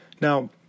Now